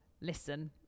listen